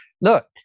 look